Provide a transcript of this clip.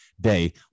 day